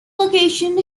location